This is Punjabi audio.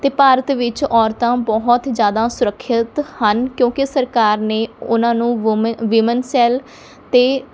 ਅਤੇ ਭਾਰਤ ਵਿੱਚ ਔਰਤਾਂ ਬਹੁਤ ਜ਼ਿਆਦਾ ਸੁਰੱਖਿਅਤ ਹਨ ਕਿਉਂਕਿ ਸਰਕਾਰ ਨੇ ਉਹਨਾਂ ਨੂੰ ਵੂਮੇ ਵੀਮੇਨ ਸੈੱਲ 'ਤੇ